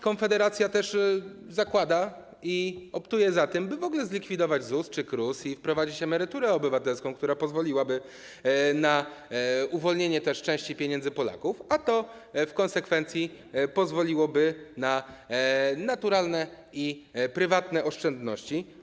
Konfederacja też optuje za tym, by w ogóle zlikwidować ZUS czy KRUS i wprowadzić emeryturę obywatelską, która pozwoliłaby na uwolnienie części pieniędzy Polaków, a to w konsekwencji pozwoliłoby na naturalne gromadzenie prywatnych oszczędności.